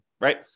right